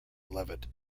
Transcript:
levitt